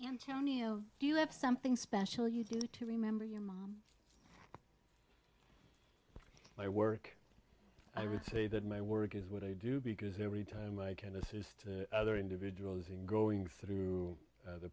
antonio do you have something special you do to remember your mom my work i would say that my work is what i do because every time i can assist other individuals in going through the